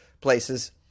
places